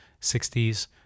60s